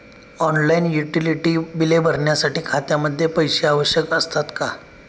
Online utility बिले भरण्यासाठी खात्यामध्ये पैसे आवश्यक असतात का?